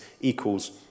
equals